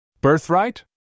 Birthright